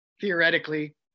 theoretically